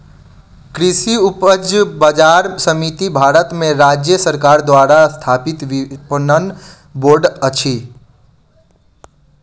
कृषि उपज बजार समिति भारत में राज्य सरकार द्वारा स्थापित विपणन बोर्ड अछि